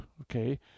okay